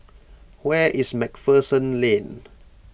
where is MacPherson Lane